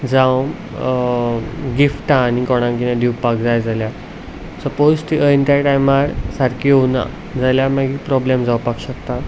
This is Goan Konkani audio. जावं गिफ्टां आनीक कोणाक कितें दिवपाक जाय जाल्यार सपोझ त्यो त्या टायमार सारक्यो येवना जाल्यार मागीर प्रोब्लम जावपाक शकता